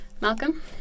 malcolm